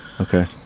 Okay